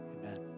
amen